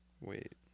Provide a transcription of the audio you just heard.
Wait